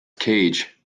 cage